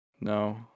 No